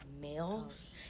males